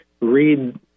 read